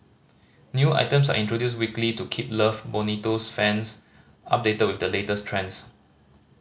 new items are introduced weekly to keep Love Bonito's fans updated with the latest trends